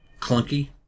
clunky